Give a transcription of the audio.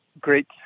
great